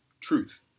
truth